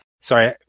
Sorry